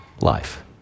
life